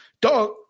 dog